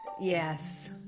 yes